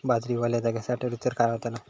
बाजरी वल्या जागेत साठवली तर काय होताला?